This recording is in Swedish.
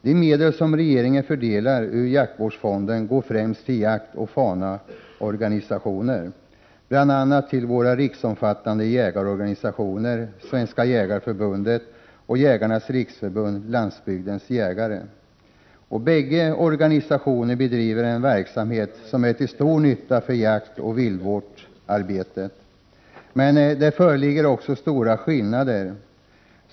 De medel som regeringen fördelar ur jaktvårdsfonden går främst till jaktoch faunaorganisationer, bl.a. till våra riksomfattande jägarorganisationer, Svenska jägareförbundet och Jägarnas riksförbund-Landsbygdens jägare. Bägge organisationerna bedriver en verksamhet som är till stor nytta för jakt och viltvårdsarbete. Men det föreligger också stora skillnader.